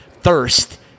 thirst